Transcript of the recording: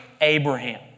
Abraham